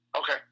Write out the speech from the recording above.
okay